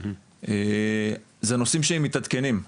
אלו נושאים שמתעדכנים.